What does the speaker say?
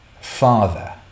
father